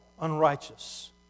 unrighteous